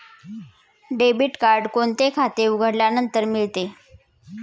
Debit card कोणते खाते उघडल्यानंतर मिळते?